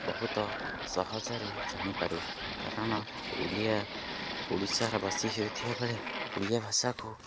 ବହୁତ ସହଜରେ ଜାଣିପାରୁ କାରଣ ଓଡ଼ିଆ ଓଡ଼ିଶାର ବାସି ହେଉଥିବା ବେଳେ ଓଡ଼ିଆ ଭାଷାକୁ